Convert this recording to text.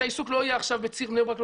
שהעיסוק לא יהיה עכשיו בציר בני ברק,